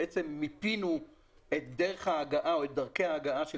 מיפינו את דרך ההגעה או את דרכי ההגעה של